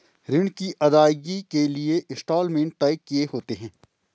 ऋण की अदायगी के लिए इंस्टॉलमेंट तय किए होते हैं